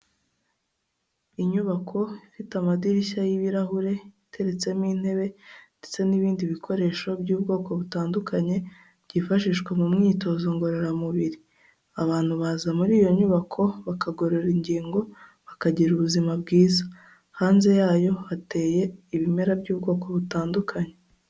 Inyubako ifite amadirishya y'ibirahure, iteretsemo intebe ndetse n'ibindi bikoresho by'ubwoko butandukanye byifashishwa mu myitozo ngororamubiri, abantu baza muri iyo nyubako bakagorora ingingo, bakagira ubuzima bwiza. Hanze yayo hateye ibimera by'ubwoko butandukanye.